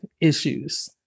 issues